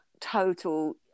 total